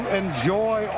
enjoy